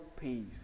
peace